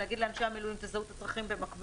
להגיד לאנשי המילואים: תזהו את הצרכים במקביל,